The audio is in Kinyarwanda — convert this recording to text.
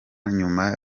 nyuma